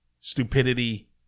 stupidity